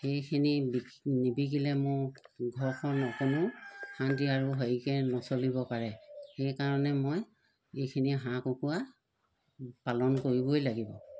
সেইখিনি বিক্ নিবিকিলে মোৰ ঘৰখন অকণো শান্তি আৰু হেৰিকৈ নচলিব পাৰে সেইকাৰণে মই এইখিনি হাঁহ কুকুৰা পালন কৰিবই লাগিব